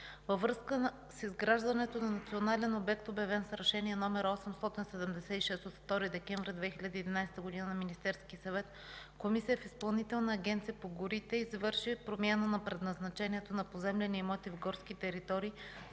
във връзка с изграждането на национален обект, обявен с Решение № 876 от 2 декември 2011 г. на Министерския съвет, комисия в Изпълнителна агенция по горите извърши промяна на предназначението на поземлени имоти в горски територии,